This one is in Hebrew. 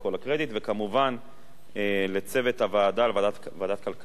כמובן לצוות הוועדה, ועדת כלכלה,